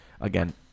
Again